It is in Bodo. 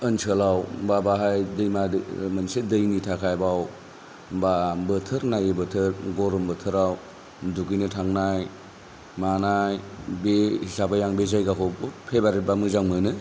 ओनसोलवा बा बाहाय दैमा मोनसे दैनि थाखाय बाव बा बोथोर नायै बोथोर गरम बोथोराव दुगैनो थांनाय मानाय बे हिसाबै आं बे जायगाखौबो फेभारेट बा मोजां मोनो